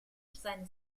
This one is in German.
seines